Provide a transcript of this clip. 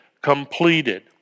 completed